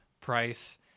price